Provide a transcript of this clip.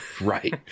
right